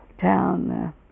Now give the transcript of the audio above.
town